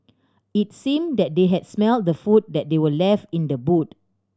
it seemed that they had smelt the food that they were left in the boot